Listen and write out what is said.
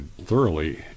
thoroughly